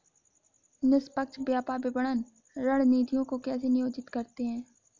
निष्पक्ष व्यापार विपणन रणनीतियों को कैसे नियोजित करते हैं?